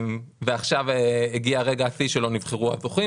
ועכשיו הגיע רגע השיא שלו נבחרו הזוכים